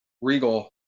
Regal